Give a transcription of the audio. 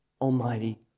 almighty